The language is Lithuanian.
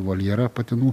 voljerą patinų